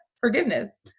forgiveness